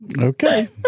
Okay